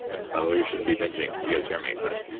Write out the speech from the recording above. and by the way, you shouldn't be binging. you guys hear me, but.